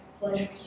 pleasures